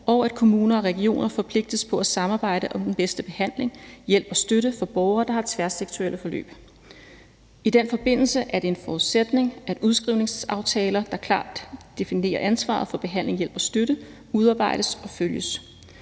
og at kommuner og regioner forpligtes på at samarbejde om den bedste behandling, hjælp og støtte for borgere, der har tværsektorielle forløb. I den forbindelse er det en forudsætning, at udskrivningsaftaler, der klart definerer ansvaret for behandling, hjælp og støtte, udarbejdes og følges.